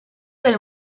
del